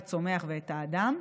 את הצומח ואת האדם.